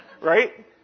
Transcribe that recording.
Right